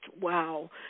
wow